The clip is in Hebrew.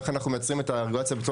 איך אנחנו מייצרים את הרגולציה בצורה